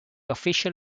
official